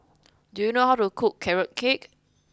do you know how to cook carrot cake